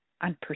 on